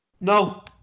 No